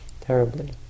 terribly